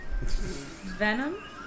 Venom